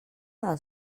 del